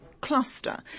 cluster